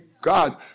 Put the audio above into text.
God